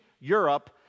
Europe